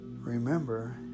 remember